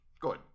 Good